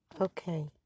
Okay